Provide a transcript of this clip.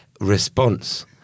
response